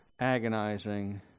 agonizing